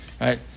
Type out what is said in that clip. right